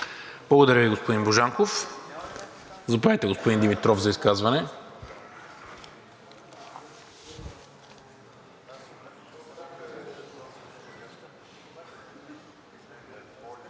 Благодаря Ви, господин Божанков. Заповядайте, господин Димитров, за изказване.